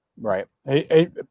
Right